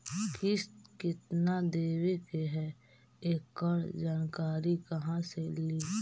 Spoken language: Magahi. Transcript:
किस्त केत्ना देबे के है एकड़ जानकारी कहा से ली?